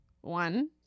one